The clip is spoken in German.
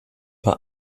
war